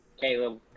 Caleb